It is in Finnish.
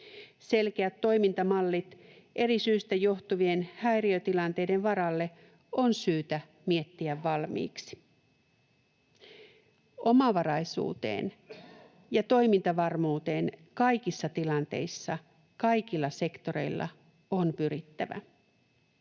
Selkeät toimintamallit eri syistä johtuvien häiriötilanteiden varalle on syytä miettiä valmiiksi. Omavaraisuuteen ja toimintavarmuuteen kaikissa tilanteissa, kaikilla sektoreilla on pyrittävä.